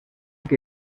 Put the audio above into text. que